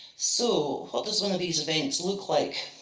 so what does one of these events look like?